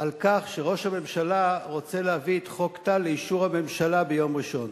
על כך שראש הממשלה רוצה להביא את חוק טל לאישור הממשלה ביום ראשון.